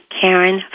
Karen